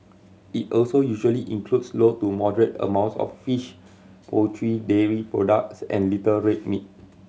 it also usually includes low to moderate amounts of fish poultry dairy products and little red meat